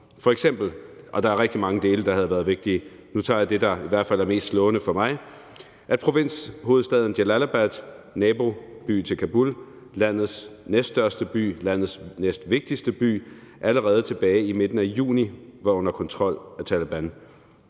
forsommeren. Der er rigtig mange dele, der havde været vigtige, men nu tager jeg det, der i hvert fald er mest slående for mig, nemlig at provinshovedstaden Jalalabad, naboby til Kabul, landets næststørste by, landets næstvigtigste by, allerede tilbage i midten af juni var under kontrol af Taleban.